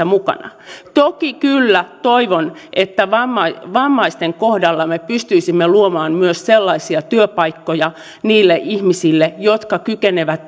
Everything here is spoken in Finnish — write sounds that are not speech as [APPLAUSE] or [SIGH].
[UNINTELLIGIBLE] mukana toki kyllä toivon että vammaisten vammaisten kohdalla me pystyisimme luomaan työpaikkoja myös niille ihmisille jotka kykenevät [UNINTELLIGIBLE]